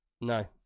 No